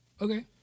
Okay